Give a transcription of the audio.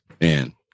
man